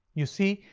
you see,